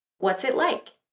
what's it like?